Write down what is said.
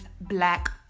black